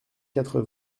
quatre